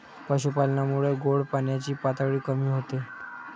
पशुपालनामुळे गोड पाण्याची पातळी कमी होते